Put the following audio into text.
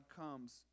comes